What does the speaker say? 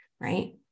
Right